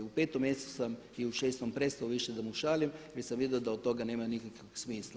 U 5 mjesecu sam i u 6 prestao više da mu šaljem jer sam vidio da od toga nema nikakvog smisla.